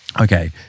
Okay